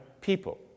people